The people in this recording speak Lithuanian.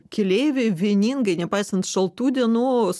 keleiviai vieningai nepaisant šaltų dienų